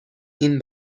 این